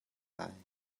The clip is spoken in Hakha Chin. lai